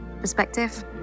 perspective